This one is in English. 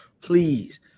Please